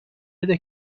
بده